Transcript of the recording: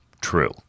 true